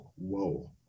whoa